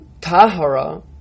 tahara